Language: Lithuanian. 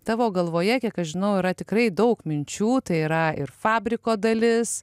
tavo galvoje kiek aš žinau yra tikrai daug minčių tai yra ir fabriko dalis